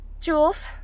Jules